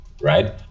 right